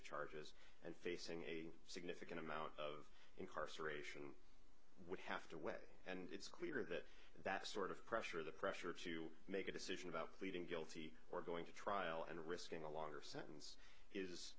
charges and facing a difficult amount of incarceration have to weigh and it's clear that that sort of pressure the pressure to make a decision about pleading guilty or going to trial and risking a longer sentence is